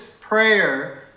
prayer